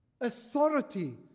authority